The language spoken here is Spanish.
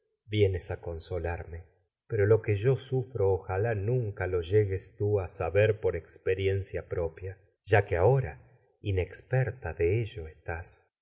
vienes a consolarme pero lo que yo por sufro ojalá nunca lo llegues tú a saber experiencia propia ya que pues ahora inexperta de en ello estás